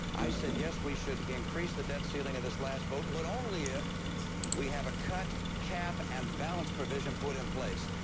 i said yes we should increase the debt ceiling in this last vote, but only if we have a cut, cap and balance provision put in place.